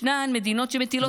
ישנן מדינות שמטילות סנקציות,